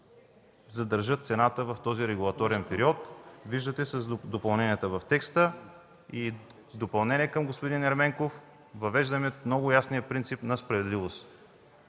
задържат цената в този регулаторен период – виждате, с допълненията в текста. И като допълнение към господин Ерменков – въвеждаме много ясния принцип на справедливост,